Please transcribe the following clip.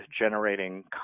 generating